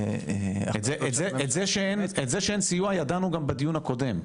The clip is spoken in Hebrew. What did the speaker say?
את זה שאין סיוע ידענו גם בדיון הקודם.